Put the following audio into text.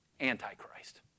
antichrist